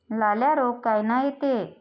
लाल्या रोग कायनं येते?